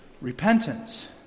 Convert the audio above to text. repentance